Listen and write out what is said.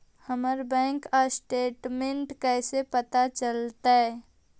हमर bank statement कैसे पता चलतै?